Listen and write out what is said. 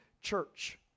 church